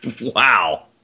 Wow